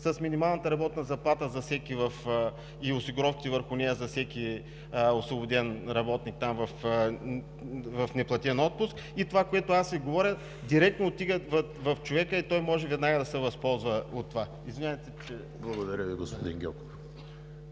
с минималната работна заплата и осигуровките върху нея за всеки освободен работник там, в неплатен отпуск, и това, което аз Ви говоря – директно отиват в човека и той може веднага да се възползва от това. Извинявайте, че… ПРЕДСЕДАТЕЛ ЕМИЛ ХРИСТОВ: Благодаря Ви, господин Гьоков.